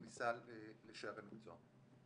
לקבוע מה יהיה הרף שמאפשר כניסה לשערי המקצוע.